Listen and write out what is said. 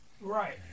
Right